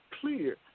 clear